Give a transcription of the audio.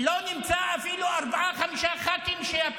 עמדה משפטית של מי?